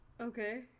Okay